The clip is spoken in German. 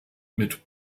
mit